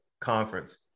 conference